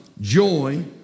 joy